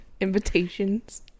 invitations